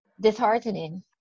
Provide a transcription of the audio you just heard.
disheartening